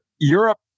Europe